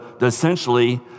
essentially